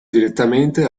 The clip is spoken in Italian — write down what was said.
direttamente